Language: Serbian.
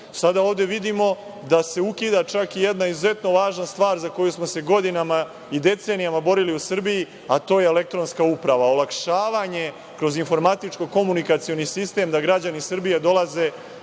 ovde vidimo da se ukida čak i jedna izuzetno važna stvar, za koju smo se godinama i decenijama borili u Srbiji, a to je elektronska uprava, olakšavanje kroz informatičko-komunikacioni sistem, da građani Srbije dolaze